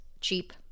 cheap